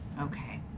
Okay